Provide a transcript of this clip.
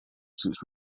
seats